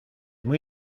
muy